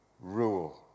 rule